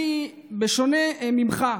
בשונה ממך,